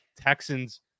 Texans